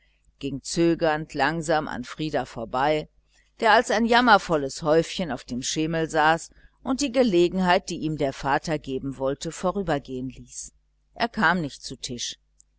ging zögernd langsam an frieder vorbei der als ein jammervolles häufchen auf dem schemel saß und die gelegenheit die ihm der vater geben wollte vorübergehen ließ er kam nicht zu tisch